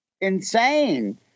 insane